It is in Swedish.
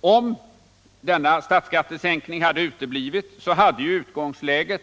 Om denna statsskattesänkning hade uteblivit hade utgångsläget